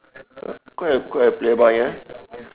!huh! quite a quite a playboy ah